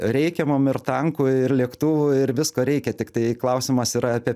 reikia mum ir tankų ir lėktuvų ir visko reikia tiktai klausimas yra apie